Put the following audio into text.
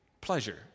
pleasure